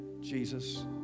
Jesus